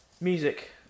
Music